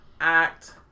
Act